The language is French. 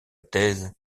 thèse